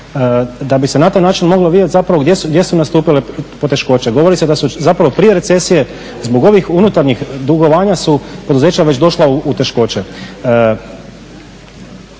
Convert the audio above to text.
da bi se na taj način moglo vidjet zapravo gdje su nastupile poteškoće. Govori se da su zapravo prije recesije zbog ovih unutarnjih dugova su poduzeća već došla u teškoće.